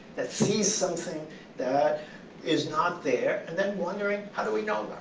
that sees something that is not there. and then wondering, how do we know